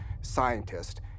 scientist